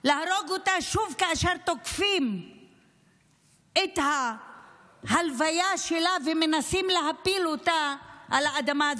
להרוג אותה שוב כאשר תוקפים את ההלוויה שלה ומנסים להפיל אותה על האדמה,